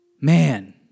Man